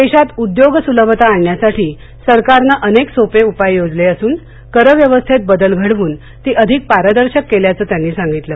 देशात उद्योग सुलभता आणण्यासाठी सरकारनं अनेक सोपे उपाय योजले असून कर व्यवस्थेत बदल घडवून ती अधिक पारदर्शक केल्याचं त्यानी सांगितलं